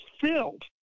filled